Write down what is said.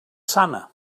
sana